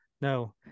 No